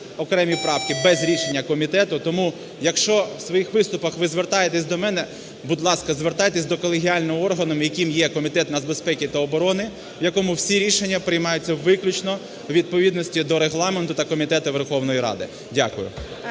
окремі правки без рішення комітету. Тому, якщо в своїх виступах ви звертаєтесь до мене, будь ласка, звертайтесь до колегіального органу, яким є Комітет нацбезпеки та оброни, в якому всі рішення приймаються виключно у відповідності до Регламенту та комітетів Верховної Ради. Дякую.